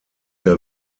der